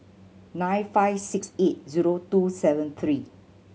nine five six eight zero two seven three